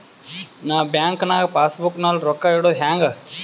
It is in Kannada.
ನಾ ಬ್ಯಾಂಕ್ ನಾಗ ಪಾಸ್ ಬುಕ್ ನಲ್ಲಿ ರೊಕ್ಕ ಇಡುದು ಹ್ಯಾಂಗ್?